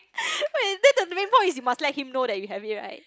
but the main point is you must let him know that you have it right